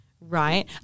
right